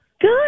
Good